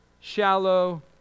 shallow